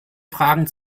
fragen